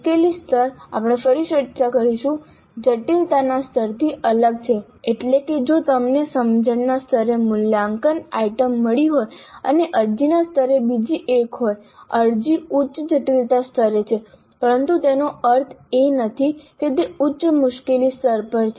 મુશ્કેલી સ્તર આપણે ફરી ચર્ચા કરીશું જટિલતાના સ્તરથી અલગ છે એટલે કે જો તમને સમજણના સ્તરે મૂલ્યાંકન આઇટમ મળી હોય અને અરજીના સ્તરે બીજી એક હોય અરજી ઉચ્ચ જટિલતા સ્તરે છે પરંતુ તેનો અર્થ એ નથી કે તે ઉચ્ચ મુશ્કેલી સ્તર પર છે